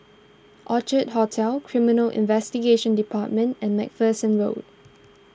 Orchid Hotel Criminal Investigation Department and MacPherson Road